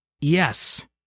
Yes